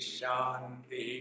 Shanti